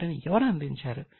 వాటిని ఎవరు అందించారు